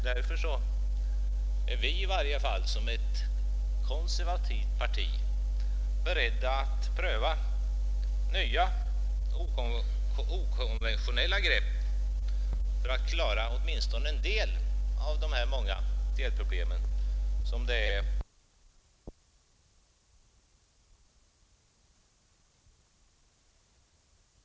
Därför är i varje fall vi som ett konservativt parti beredda att pröva nya, okonventionella grepp för att klara åtminstone några av de många delproblemen, som det är en uppgift för oss politiker att lösa.